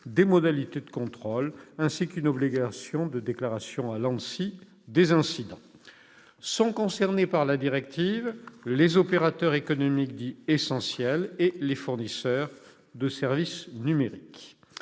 des modalités de contrôle, ainsi qu'une obligation de déclaration des incidents à l'ANSSI. Sont concernés par la directive les opérateurs économiques dits « essentiels » et les fournisseurs de services numériques.